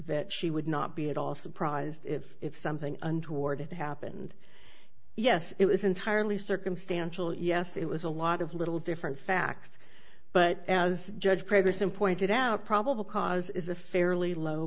that she would not be at all surprised if if something untoward happened yes it was entirely circumstantial yes it was a lot of little different facts but as judge prager sim pointed out probable cause is a fairly low